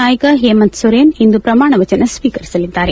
ನಾಯಕ ಹೇಮಂತ್ ಸೊರೇನ್ ಇಂದು ಪ್ರಮಾಣ ವಚನ ಸ್ವೀಕರಿಸಲಿದ್ದಾರೆ